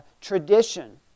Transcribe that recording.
tradition